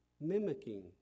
mimicking